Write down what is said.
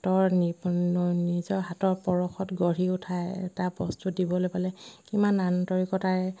হাতৰ নিজৰ হাতৰ পৰশত গঢ়ি উঠা এটা বস্তু দিবলৈ পালে কিমান আন্তৰিকতাৰে